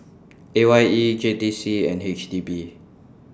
A Y E J T C and H D B